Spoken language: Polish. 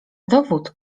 dowód